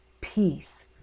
peace